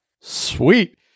sweet